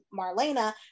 Marlena